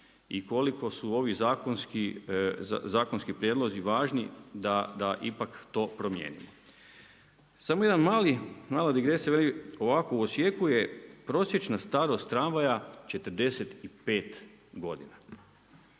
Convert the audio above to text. i koliko su ovi zakonski prijedlozi važni da ipak to promijenimo. Samo jedna mala digresija, veli ovako u Osijeku je prosječna starost tramvaja 45 godina.